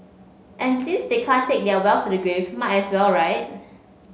and since they can't take their wealth to the grave might as well right